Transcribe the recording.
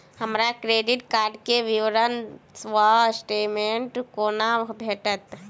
हमरा credit card केँ विवरण वा स्टेटमेंट कोना भेटत?